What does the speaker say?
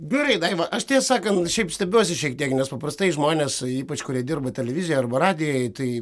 gerai daiva aš tiesą sakant šiaip stebiuosi šiek tiek nes paprastai žmonės ypač kurie dirba televizijoje arba radijoj tai